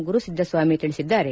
ಗುರುಸಿದ್ದಸ್ವಾಮಿ ತಿಳಿಸಿದ್ದಾರೆ